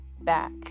back